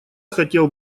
хотел